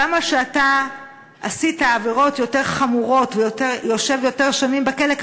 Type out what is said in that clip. כמה שאתה עשית עבירות יותר חמורות ויושב יותר שנים בכלא,